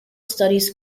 studies